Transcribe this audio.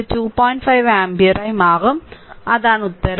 5 ആമ്പിയറായി മാറും അതാണ് ഉത്തരം